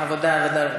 עבודה ורווחה.